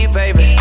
baby